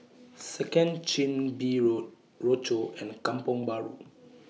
Second Chin Bee Road Rochor and Kampong Bahru